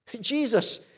Jesus